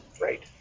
right